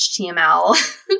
HTML